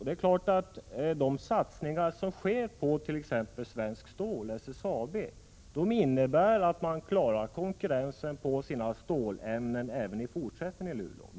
Det är klart att de satsningar som görs på t.ex. svenskt stål — jag tänker då på SSAB — måste vara sådana att man klarar konkurrensen när det gäller stålämnen i Luleå även i fortsättningen.